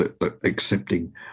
accepting